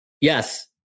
Yes